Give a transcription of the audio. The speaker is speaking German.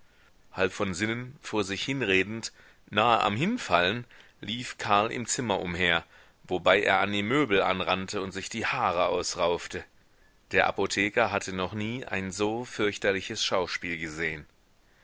halb von sinnen vor sich hinredend nahe am hinfallen lief karl im zimmer umher wobei er an die möbel anrannte und sich haare ausraufte der apotheker hatte noch nie ein so fürchterliches schauspiel gesehen